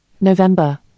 November